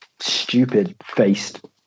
stupid-faced